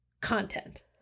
content